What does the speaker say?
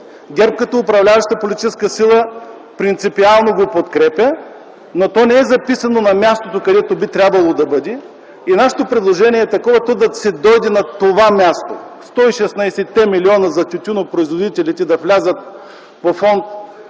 ГЕРБ като управляваща политическа сила принципиално го подкрепя, но то не е записано на мястото, където би трябвало да бъде. Нашето предложение е то да си дойде на това място – 116-те милиона за тютюнопроизводителите да влязат по фонд